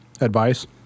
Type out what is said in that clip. advice